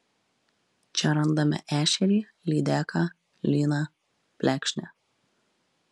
čia randame ešerį lydeką lyną plekšnę